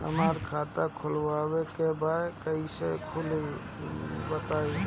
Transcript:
हमरा खाता खोलवावे के बा कइसे खुली बताईं?